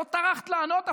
לא טרחת לענות אפילו.